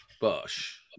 bosh